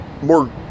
more